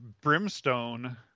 Brimstone